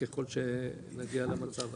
ככול שנגיע למצב הזה,